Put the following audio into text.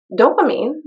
Dopamine